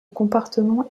comportement